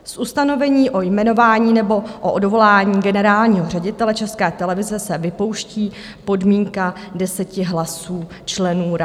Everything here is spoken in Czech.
Z ustanovení o jmenování nebo o odvolání generálního ředitele České televize se vypouští podmínka deseti hlasů členů rady.